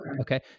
Okay